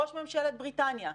ראש ממשלת בריטניה,